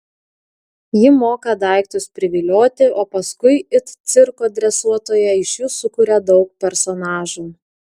ji moka daiktus privilioti o paskui it cirko dresuotoja iš jų sukuria daug personažų